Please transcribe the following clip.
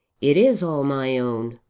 it is all my own,